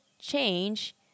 change